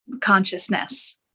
consciousness